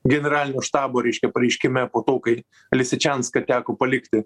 generalinio štabo reiškia pareiškime po to kai lisičianską teko palikti